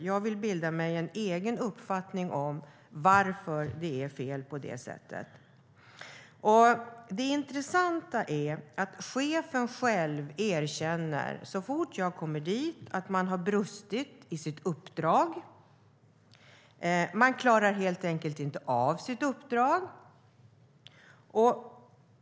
Jag vill bilda mig en egen uppfattning om varför det är fel på det sättet. Det intressanta är att chefen själv erkänner, så fort jag kommer dit, att man har brustit i sitt uppdrag. Man klarar helt enkelt inte av sitt uppdrag.